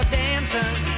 dancing